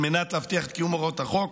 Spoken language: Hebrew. על מנת להבטיח את קיום הוראות החוק,